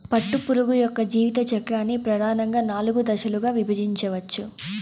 పట్టుపురుగు యొక్క జీవిత చక్రాన్ని ప్రధానంగా నాలుగు దశలుగా విభజించవచ్చు